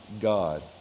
God